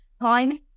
time